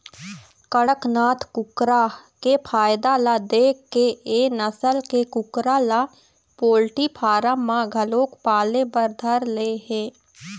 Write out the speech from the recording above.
कड़कनाथ कुकरा के फायदा ल देखके ए नसल के कुकरा ल पोल्टी फारम म घलोक पाले बर धर ले हे